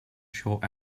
short